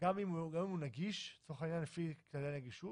גם אם הוא נגיש, לצורך העניין, לפי כללי הנגישות,